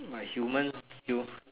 like human Hu~